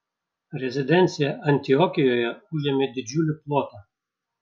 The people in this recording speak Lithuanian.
rezidencija antiokijoje užėmė didžiulį plotą